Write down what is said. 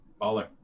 Baller